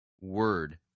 word